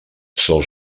sol